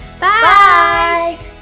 Bye